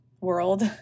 world